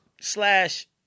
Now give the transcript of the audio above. slash